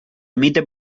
emite